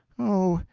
oh,